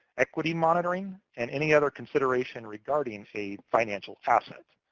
equity monitoring, and any other consideration regarding a financial asset.